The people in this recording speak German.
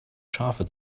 schafe